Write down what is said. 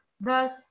Thus